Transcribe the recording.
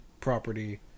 property